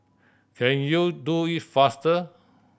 can you do it faster